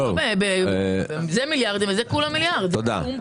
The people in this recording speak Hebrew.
אלה היו מיליארדים וזה כולה מיליארד שקלים.